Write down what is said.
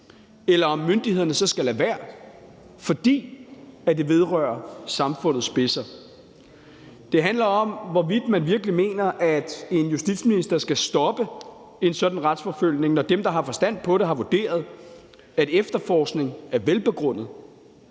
eller om myndighederne så skal lade være, fordi det vedrører samfundets spidser. Det handler om, hvorvidt man virkelig mener, at en justitsminister skal stoppe en sådan retsforfølgning, når dem, der har forstand på det, har vurderet, at efterforskning er velbegrundet,